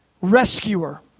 rescuer